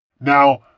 Now